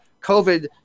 COVID